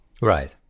Right